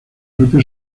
propio